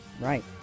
Right